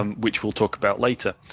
um which we'll talk about later.